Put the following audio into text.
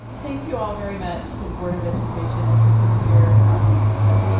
thank you all very much, to the board of education, as you can hear. oh, thank you. yes.